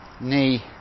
knee